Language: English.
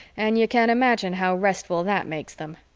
and you can imagine how restful that makes them.